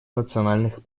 национальных